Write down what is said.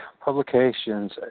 Publications